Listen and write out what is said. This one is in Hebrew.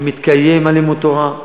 ומתקיים מלימוד התורה,